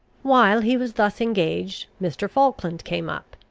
while he was thus engaged, mr. falkland came up.